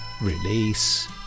release